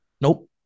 Nope